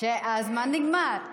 שהזמן נגמר.